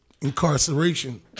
incarceration